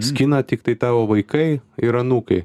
skina tiktai tavo vaikai ir anūkai